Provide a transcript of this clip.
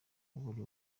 buri